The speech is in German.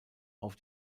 auf